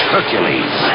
Hercules